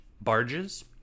barges